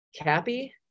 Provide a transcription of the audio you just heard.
Cappy